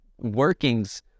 workings